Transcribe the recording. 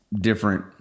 different